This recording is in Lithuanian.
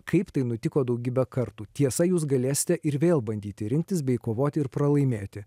kaip tai nutiko daugybę kartų tiesa jūs galėsite ir vėl bandyti rinktis bei kovoti ir pralaimėti